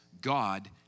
God